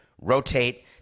rotate